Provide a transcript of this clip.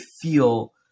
feel